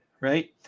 right